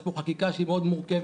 יש פה חקיקה שהיא מאוד מורכבת,